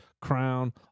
Crown